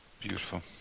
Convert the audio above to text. Beautiful